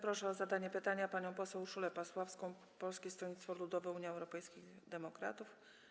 Proszę o zadanie pytania panią poseł Urszulę Pasławską, Polskie Stronnictwo Ludowe - Unia Europejskich Demokratów.